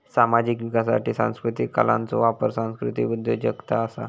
सामाजिक विकासासाठी सांस्कृतीक कलांचो वापर सांस्कृतीक उद्योजगता असा